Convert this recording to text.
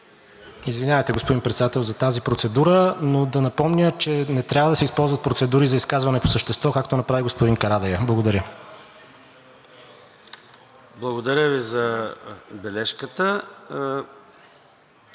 Извинявайте, господин Председател, за тази процедура, но да напомня, че не трябва да се използват процедури за изказване по същество, както направи господин Карадайъ. Благодаря.